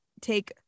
take